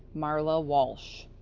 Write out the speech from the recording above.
marla walsh.